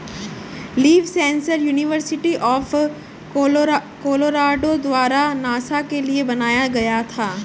leaf sensor university of Colorado द्वारा NASA के लिए बनाया गया था